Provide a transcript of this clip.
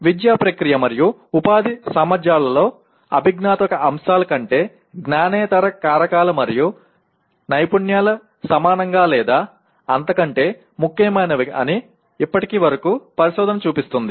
విద్యా ప్రక్రియ మరియు ఉపాధి సామర్థ్యాలలో అభిజ్ఞాత్మక అంశాల కంటే జ్ఞానేతర కారకాలు మరియు నైపుణ్యాలు సమానంగా లేదా అంతకంటే ముఖ్యమైనవి అని ఇప్పటి వరకు పరిశోధన చూపిస్తుంది